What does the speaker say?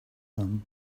son